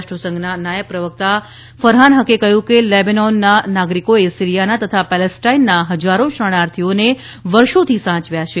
રાષ્ટ્રસંઘના નાયબ પ્રવક્તા ફરહાન હકે કહ્યું છે કે લેબેનોનના નાગરિકોએ સિરીયાના તથા પેલેસ્ટાઇનના હજારો શરણાર્થીઓને વર્ષોથી સાચવ્યા છે